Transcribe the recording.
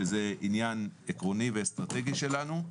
שזה עניין עקרוני ואסטרטגי שלנו,